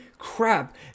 Crap